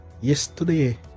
Yesterday